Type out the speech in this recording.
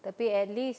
tapi at least